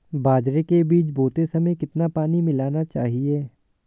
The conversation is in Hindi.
बाजरे के बीज बोते समय कितना पानी मिलाना चाहिए?